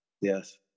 Yes